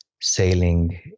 sailing